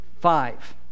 five